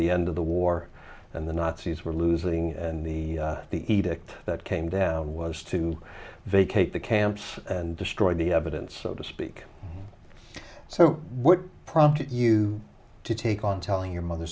the end of the war and the nazis were losing and the the edict that came down was to vacate the camps and destroy the evidence so to speak so what prompted you to take on telling your mother